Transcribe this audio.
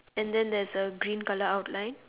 and then there's a green colour outline